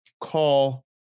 call